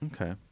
Okay